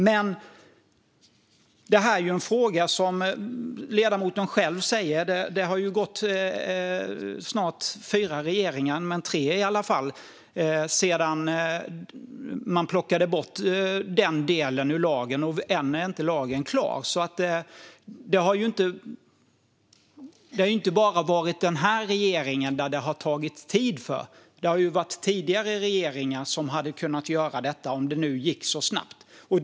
Men som ledamoten själv säger har det funnits snart fyra regeringar - i alla fall tre - sedan den delen plockades bort ur lagen, och än är inte lagen klar. Det har alltså inte tagit tid bara för denna regering, utan det har funnits tidigare regeringar som hade kunnat göra detta om det nu går så snabbt.